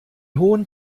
hohen